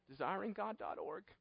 DesiringGod.org